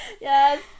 Yes